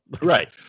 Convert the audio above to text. Right